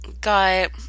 got